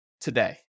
today